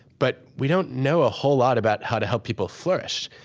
but we don't know a whole lot about how to help people flourish.